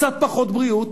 קצת פחות בריאות,